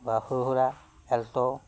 বা সৰু সুৰা এল্ট